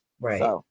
Right